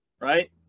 right